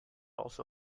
also